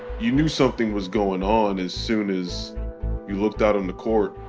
you knew something was going on as soon as you looked out on the court.